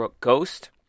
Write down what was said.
Ghost